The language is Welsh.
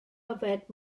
yfed